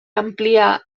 ampliar